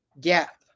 gap